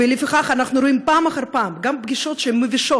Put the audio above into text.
ולפיכך אנחנו רואים פעם אחר פעם גם פגישות מבישות,